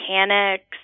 mechanics